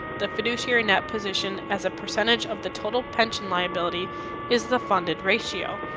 the fiduciary net position as a percentage of the total pension liability is the funded ratio.